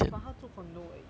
but 他住 condo eh